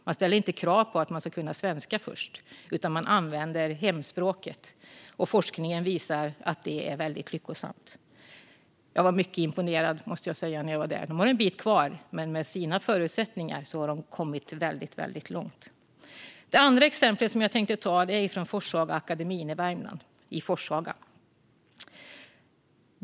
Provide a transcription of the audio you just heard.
Det ställs inte krav på att barnen ska kunna svenska först, utan man använder hemspråket. Och forskningen visar att det är väldigt lyckosamt. Jag blev mycket imponerad när jag var där. De har en bit kvar. Men med sina förutsättningar har de kommit väldigt långt. Det andra exemplet som jag tänkte ta upp är från Forshagaakademin i Forshaga i Värmland.